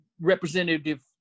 representative